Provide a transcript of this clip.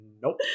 Nope